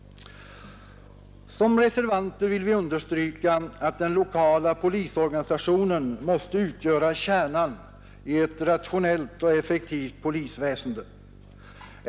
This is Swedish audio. Som reservanter vill vi understryka att den lokala polisorganisationen måste utgöra kärnan i ett rationellt och effektivt polisväsende.